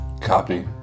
Copy